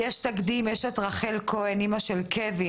יש תקדים, יש את רחל כהן, אמא של קווין.